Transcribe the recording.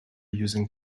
using